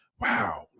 wow